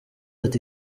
ati